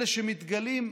אלה שמתגלים,